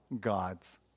God's